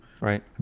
Right